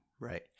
Right